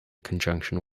conjunction